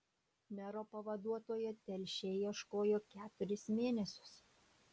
mero pavaduotojo telšiai ieškojo keturis mėnesius